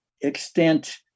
extent